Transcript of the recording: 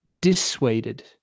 dissuaded